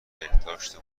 بهداشت